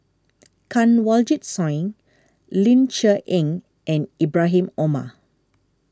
Kanwaljit Soin Ling Cher Eng and Ibrahim Omar